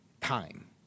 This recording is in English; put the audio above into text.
time